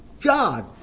God